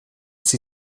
sie